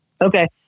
Okay